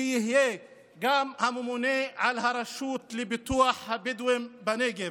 שיהיה גם הממונה על הרשות לפיתוח הבדואים בנגב.